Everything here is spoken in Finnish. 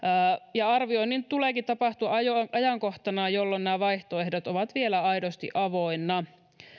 ja arvioinnin tuleekin tapahtua ajankohtana jolloin nämä vaihtoehdot ovat vielä aidosti avoinna